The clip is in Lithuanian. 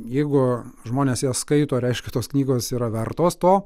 jeigu žmonės jas skaito reiškia tos knygos yra vertos to